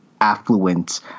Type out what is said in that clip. affluent